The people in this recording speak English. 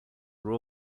are